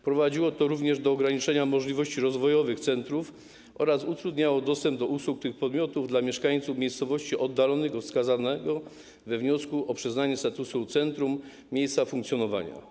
Prowadziło to również do ograniczenia możliwości rozwojowych centrów oraz utrudniało dostęp do usług tych podmiotów dla mieszkańców miejscowości oddalonych od wskazanego we wniosku o przyznanie statusu centrum miejsca funkcjonowania.